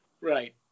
Right